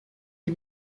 les